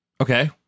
Okay